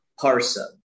parson